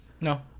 No